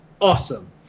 awesome